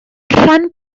rhan